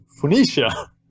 Phoenicia